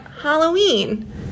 Halloween